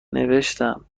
نوشتم